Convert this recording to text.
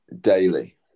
daily